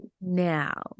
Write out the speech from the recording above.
Now